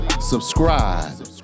subscribe